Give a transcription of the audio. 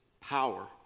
power